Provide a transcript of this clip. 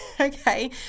Okay